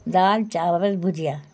دال چاول بھجیا